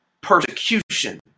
persecution